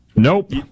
Nope